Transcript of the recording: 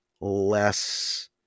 less